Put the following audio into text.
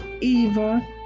eva